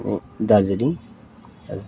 Darjeeling